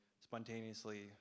spontaneously